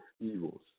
evils